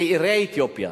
צעירי אתיופיה,